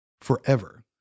forever